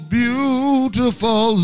beautiful